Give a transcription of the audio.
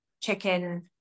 Chicken